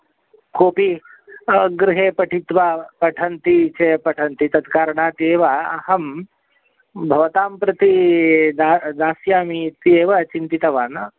कोऽपि गृहे पठित्वा पठन्ति चे पठन्ति तत्कारणात् एव अहं भवतां प्रति दा दास्यामि इति एव चिन्तितवान्